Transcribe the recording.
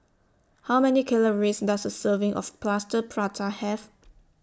How Many Calories Does A Serving of Plaster Prata Have